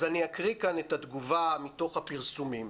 אני אקריא כאן את התגובה מתוך הפרסומים.